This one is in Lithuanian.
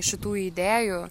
šitų idėjų